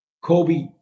kobe